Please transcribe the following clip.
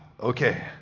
okay